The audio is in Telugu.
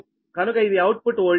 కనుక ఇది ఔట్పుట్ వోల్టేజ్